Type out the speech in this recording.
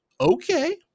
Okay